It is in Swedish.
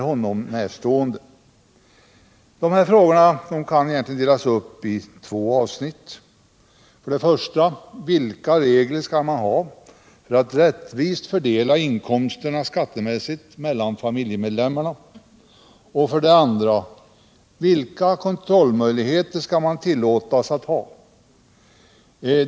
Det gäller för det första vilka regler man skall ha för att rättvist fördela inkomsterna skattemässigt mellan familjemedlemmarna och för det andra vilka kontrollmöjligheter som skall tillåtas.